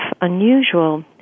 unusual